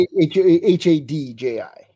H-A-D-J-I